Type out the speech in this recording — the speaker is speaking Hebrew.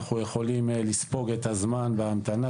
אנחנו יכולים לספוג את הזמן ואת ההמתנה.